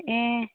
ए